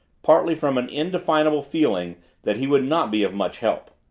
partly from an indefinable feeling that he would not be of much help.